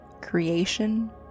creation